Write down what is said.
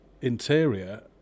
interior